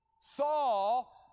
Saul